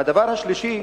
הדבר השלישי